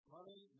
Money